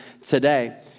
today